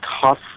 tough